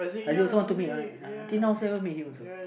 Azik also want to meet one until now also haven't meet him also